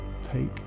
take